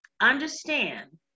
understand